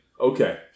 okay